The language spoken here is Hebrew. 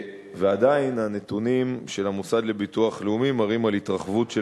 ועדיין הנתונים של המוסד לביטוח לאומי מראים התרחבות של